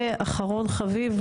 ואחרון חביב,